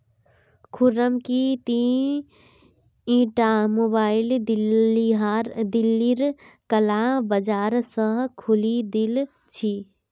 खुर्रम की ती ईटा मोबाइल दिल्लीर काला बाजार स खरीदिल छि